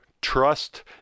trust